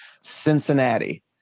Cincinnati